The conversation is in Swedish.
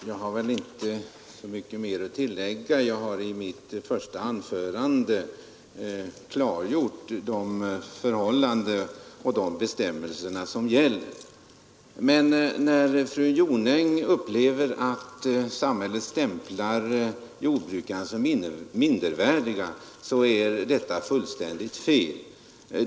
Herr talman! Jag har inte så mycket att tillägga; i mitt första anförande har jag klargjort de förhållanden som råder och de bestämmelser som gäller. Men när fru Jonäng upplever det så att samhället stämplar jordbrukarna som mindervärdiga, så är detta fullständigt fel.